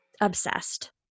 Obsessed